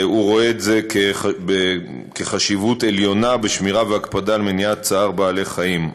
רואה חשיבות עליונה בשמירה והקפדה על מניעת צער בעלי-חיים,